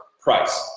price